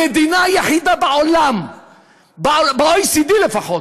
המדינה היחידה בעולם ב-OECD, לפחות,